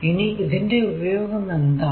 ഇനി ഇതിന്റെ ഉപയോഗം എന്താണ്